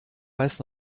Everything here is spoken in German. weiß